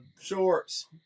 shorts